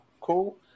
cool